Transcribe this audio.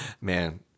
Man